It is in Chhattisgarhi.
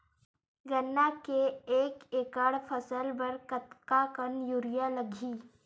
गन्ना के एक एकड़ फसल बर कतका कन यूरिया लगही?